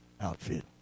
outfit